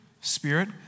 spirit